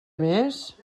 més